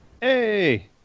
Hey